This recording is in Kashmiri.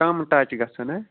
کَم ٹَچ گژھان